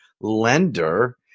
lender